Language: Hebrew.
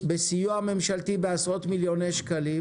בסיוע ממשלתי בעשרות מיליוני שקלים